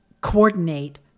coordinate